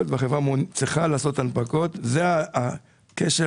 ולכן המדינה חששה שייווצר לה הפסד מאוד גדול על הכסף שהיא השקיעה.